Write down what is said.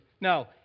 No